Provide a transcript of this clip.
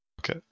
Okay